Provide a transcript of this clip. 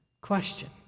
question